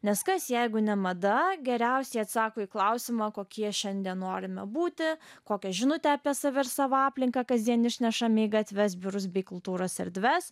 nes kas jeigu ne mada geriausiai atsako į klausimą kokie šiandien norime būti kokią žinutę apie save ir savo aplinką kasdien išnešame į gatves biurus bei kultūros erdves